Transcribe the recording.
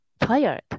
Tired